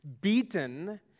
beaten